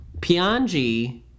Pianji